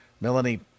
Melanie